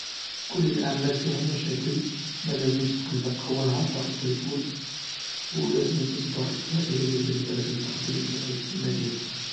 كل الأعمال فيها مشاكل مالازمش تقلق، هو نهار فقط و يفوت و لازم تصبر و هاذي هي دنيا لازم تخدم كيما جات.